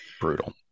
Brutal